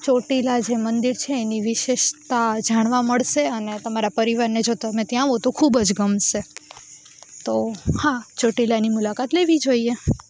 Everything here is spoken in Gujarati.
ચોટીલા જે મંદિર છે એની વિશેષતા જાણવા મળશે અને તમારા પરિવારને જો તમે ત્યાં આવો તો ખૂબ જ ગમશે તો હા ચોટીલાની મુલાકાત લેવી જોઈએ